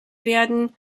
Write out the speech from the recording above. werden